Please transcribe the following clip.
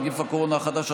נגיף הקורונה החדש),